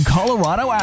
Colorado